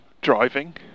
driving